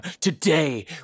Today